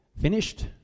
Finished